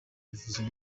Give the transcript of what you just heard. bivuze